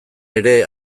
ere